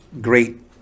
great